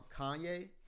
Kanye